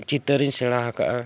ᱪᱤᱛᱟᱹᱨᱤᱧ ᱥᱮᱬᱟ ᱟᱠᱟᱫᱼᱟ